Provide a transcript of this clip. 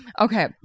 Okay